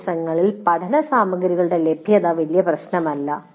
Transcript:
ഈ ദിവസങ്ങളിൽ പഠന സാമഗ്രികളുടെ ലഭ്യത വലിയ പ്രശ്നമല്ല